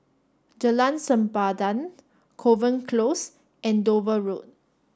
Jalan Sempadan Kovan Close and Dover Road